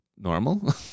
normal